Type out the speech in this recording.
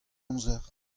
amzer